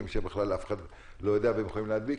שבכלל אף אחד לא יודע מהם והם יכולים להדביק,